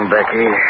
Becky